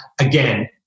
again